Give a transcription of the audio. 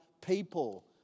people